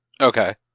Okay